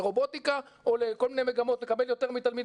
לרובוטיקה או לכל מיני מגמות מקבל יותר מתלמיד